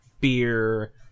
beer